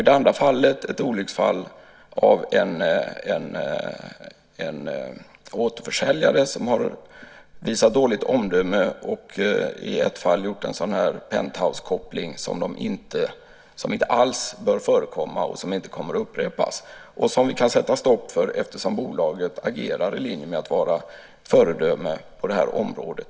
Det andra fallet är ett olycksfall av en återförsäljare som har visat dåligt omdöme och gjort en sådan här Penthousekoppling som inte alls bör förekomma, som inte kommer att upprepas och som vi kan sätta stopp för eftersom bolaget agerar i linje med att vara ett föredöme på det här området.